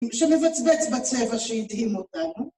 שמבצבץ בצבע שהדהים אותנו.